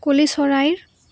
কুলি চৰাইৰ